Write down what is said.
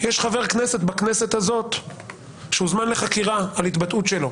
יש חבר כנסת בכנסת הזאת שהוזמן לחקירה על התבטאות שלו.